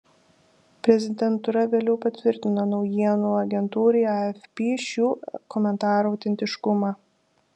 prezidentūra vėliau patvirtino naujienų agentūrai afp šių komentarų autentiškumą